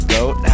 Goat